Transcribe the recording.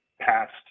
past